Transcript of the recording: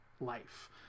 life